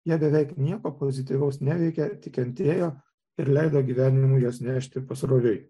jie beveik nieko pozityvaus neveikė tik kentėjo ir leido gyvenimui juos nešti pasroviui